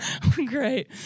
Great